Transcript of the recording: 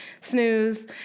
snooze